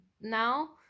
now